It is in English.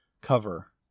cover